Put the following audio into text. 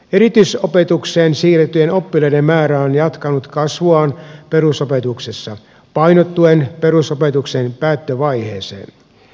erityisopetukseen siirrettyjen oppilaiden määrä on jatkanut kasvuaan perusopetuksessa painottuen perusopetuksen päättövaiheeseen